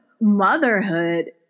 motherhood